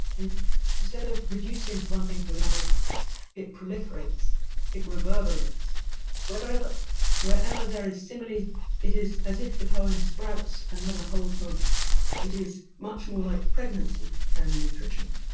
in instead of reducing one thing to another it proliferates it reverberates whether wherever there is simile it is as if the poem sprouts another whole poem it is much more like pregnancy than nutrition.